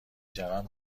جوم